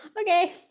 okay